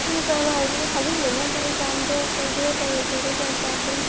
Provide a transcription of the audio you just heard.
pre ꯄ꯭ꯔꯥꯏꯃꯔꯤꯒꯤꯁꯨ ꯊꯥꯖꯤꯟꯕꯅꯤ ꯑꯗꯨ ꯑꯦꯛꯖꯥꯝꯗꯣ ꯇꯧꯗꯣꯏꯔ ꯇꯧꯔꯣꯏꯗꯣꯏꯔ ꯒ꯭ꯌꯥꯟ ꯇꯥꯗ꯭ꯔꯦꯅꯦ